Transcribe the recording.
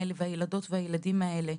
והילדות והילדים האלה,